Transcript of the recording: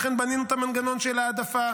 לכן בנינו את המנגנון של העדפה,